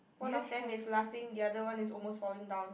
one of them is laughing the other one is almost falling down